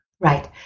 right